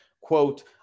quote